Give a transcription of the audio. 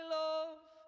love